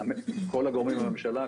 כל הגורמים בממשלה.